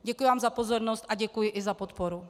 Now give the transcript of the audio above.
Děkuji vám za pozornost a děkuji i za podporu.